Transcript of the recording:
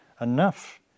enough